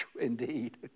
Indeed